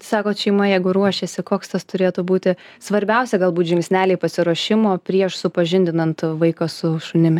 sakot šeima jeigu ruošiasi koks turėtų būti svarbiausia galbūt žingsneliai pasiruošimo prieš supažindinant vaiką su šunimi